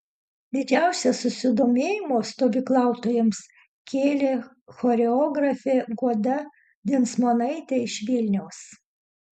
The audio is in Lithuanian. didžiausią susidomėjimą stovyklautojams kėlė choreografė guoda dinsmonaitė iš vilniaus